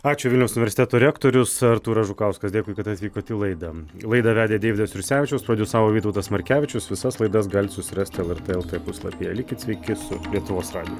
ačiū vilniaus universiteto rektorius artūras žukauskas dėkui kad atvykot į laidą laidą vedė deividas jursevičius prodiusavo vytautas markevičius visas laidas galit susirasti lrt lt puslapyje likit sveiki su lietuvos radiju